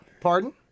Pardon